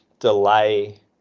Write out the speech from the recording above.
delay